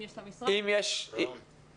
אם יש למשרד את הנתונים האלה.